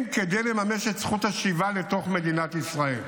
כדי לממש את זכות השיבה לתוך מדינת ישראל.